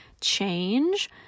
change